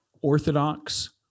Orthodox